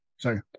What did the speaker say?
Sorry